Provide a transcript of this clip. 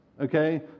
okay